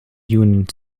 unit